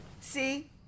see